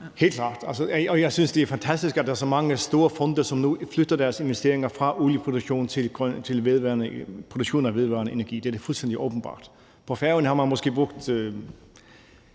Helt klart. Og jeg synes, det er fantastisk, at der er så mange store fonde, som nu flytter deres investeringer fra olieproduktion til produktion af vedvarende energi. Det er fuldstændig åbenbart. På Færøerne har man måske brugt